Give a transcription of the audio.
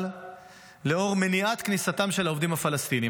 לאור מניעת כניסתם של העובדים הפלסטינים.